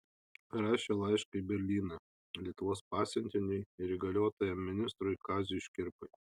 parašė laišką į berlyną lietuvos pasiuntiniui ir įgaliotajam ministrui kaziui škirpai